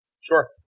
Sure